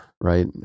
Right